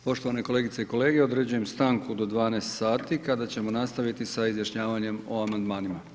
Poštovane kolegice i kolege, određujem stanku do 12 sati kada ćemo nastaviti sa izjašnjavanjem o amandmanima.